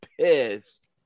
pissed